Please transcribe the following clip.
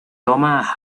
toma